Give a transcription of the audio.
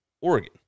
Oregon